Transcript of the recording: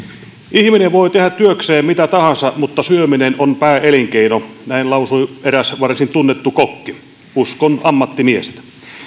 ihminen voi tehdä työkseen mitä tahansa mutta syöminen on pääelinkeino näin lausui eräs varsin tunnettu kokki uskon ammattimiestä